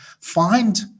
find